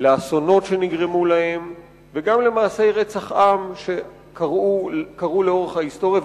לאסונות שנגרמו להם וגם למעשי רצח עם שקרו לאורך ההיסטוריה,